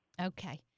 Okay